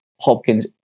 Hopkins